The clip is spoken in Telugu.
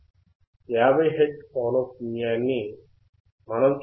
50 హెర్ట్జ్ పౌనఃపున్యాన్ని మనం చూడవచ్చు